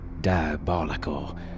diabolical